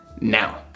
now